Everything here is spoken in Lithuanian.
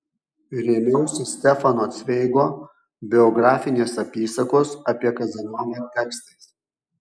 rėmiausi stefano cveigo biografinės apysakos apie kazanovą tekstais